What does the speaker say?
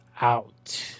out